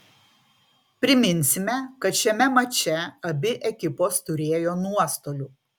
priminsime kad šiame mače abi ekipos turėjo nuostolių